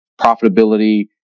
profitability